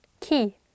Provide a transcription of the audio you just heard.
Key